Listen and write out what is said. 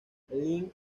lynn